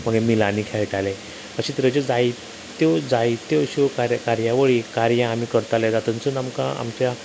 मागीर मिलांनी खेयटाले अशे तरेच्यो जायत्यो जायत्यो अश्यो कार्यावळी कार्यां आमी करताले तातूनसून आमच्या